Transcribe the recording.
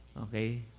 okay